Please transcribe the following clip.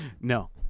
No